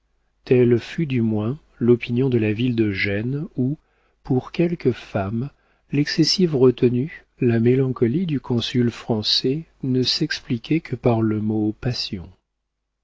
telle fut du moins l'opinion de la ville de gênes où pour quelques femmes l'excessive retenue la mélancolie du consul français ne s'expliquaient que par le mot